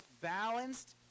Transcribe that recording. balanced